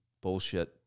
bullshit